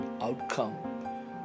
outcome